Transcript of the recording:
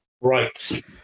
Right